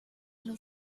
los